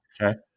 Okay